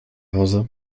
hause